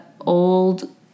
old